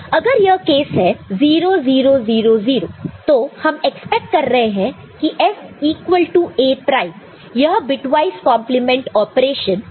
अगर यह केस है 0 0 0 0 तो हम एक्सपेक्ट कर रहे की F equal to A prime यह बिटवाईस कंप्लीमेंट ऑपरेशन है